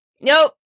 Nope